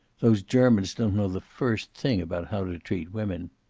those germans don't know the first thing about how to treat women.